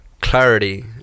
clarity